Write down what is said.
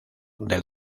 del